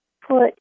put